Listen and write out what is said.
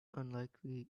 unlikely